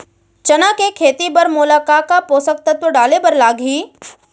चना के खेती बर मोला का का पोसक तत्व डाले बर लागही?